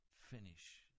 finish